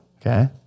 Okay